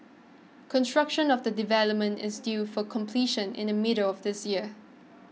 construction of the development is due for completion in the middle of this year